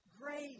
grace